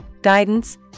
guidance